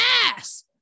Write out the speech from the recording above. ass